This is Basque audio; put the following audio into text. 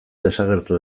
desagertu